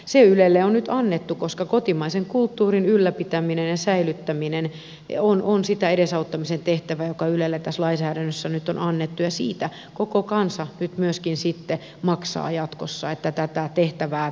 se ylelle on nyt annettu koska kotimaisen kulttuurin ylläpitäminen ja säilyttäminen ovat sitä edesauttamisen tehtävää joka ylelle tässä lainsäädännössä nyt on annettu ja siitä koko kansa myöskin maksaa nyt jatkossa että tätä tehtävää tätä kulttuurin edistämistehtävää tehdään